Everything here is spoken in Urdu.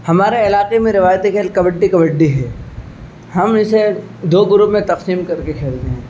ہمارے علاقے میں روایتی کھیل کبڈی کبڈی ہے ہم اسے دو گروپ میں تخسیم کر کے کھیلتے ہیں